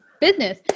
business